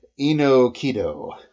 Inokido